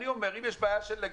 אני אומר: אם יש בעיה של נגיף,